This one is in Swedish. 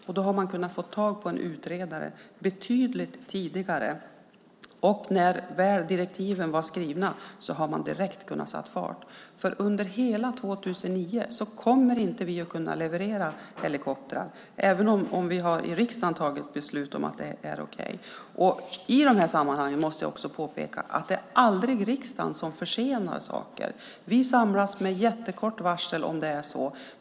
Man hade kunnat få tag på en utredare betydligt tidigare, och när väl direktiven var skrivna hade man kunnat sätta fart direkt. Under hela 2009 kommer vi inte att kunna leverera helikoptrar även om vi i riksdagen har tagit beslut om att det är okej. I de här sammanhangen måste jag också påpeka att det aldrig är riksdagen som försenar saker. Vi samlas med jättekort varsel om det behövs.